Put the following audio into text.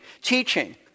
teaching